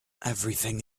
everything